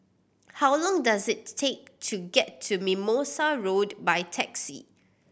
how long does it take to get to Mimosa Road by taxi